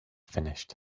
finished